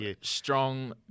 strong